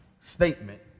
statement